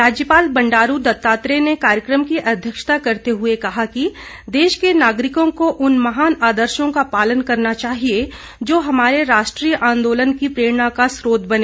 राज्यपाल बंडारू दत्तात्रेय ने कार्यक्रम की अध्यक्षता करते हए कहा कि देश के नागरिकों को उन महान आदर्शों का पालन करना चाहिए जो हमारे राष्ट्रीय आंदोलन की प्रेरणा का स्रोत बने